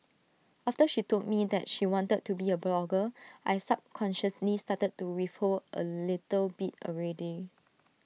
after she told me that she wanted to be A blogger I subconsciously started to withhold A little bit already